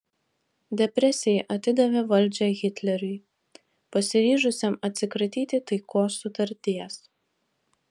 depresija atidavė valdžią hitleriui pasiryžusiam atsikratyti taikos sutarties